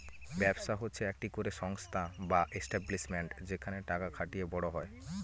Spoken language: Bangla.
ব্যবসা হচ্ছে একটি করে সংস্থা বা এস্টাব্লিশমেন্ট যেখানে টাকা খাটিয়ে বড় হয়